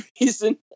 reason